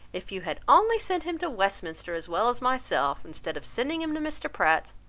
if you had only sent him to westminster as well as myself, instead of sending him to mr. pratt's,